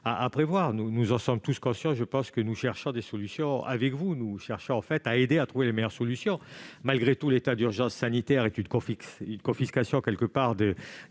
à prévoir ; nous en sommes tous conscients et nous cherchons des solutions avec vous : nous cherchons à vous aider à trouver les meilleures solutions. Malgré tout, l'état d'urgence sanitaire est une confiscation d'un certain